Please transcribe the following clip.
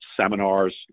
seminars